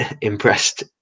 impressed